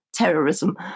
Terrorism